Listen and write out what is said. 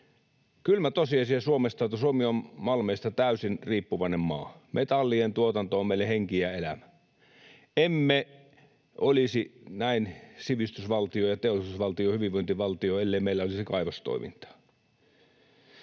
Kylmä tosiasia Suomesta on, että Suomi on malmeista täysin riippuvainen maa. Metallien tuotanto on meille henki ja elämä. Emme olisi näin sivistysvaltio ja teollisuusvaltio ja hyvinvointivaltio, ellei meillä olisi kaivostoimintaa.